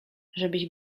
żebyś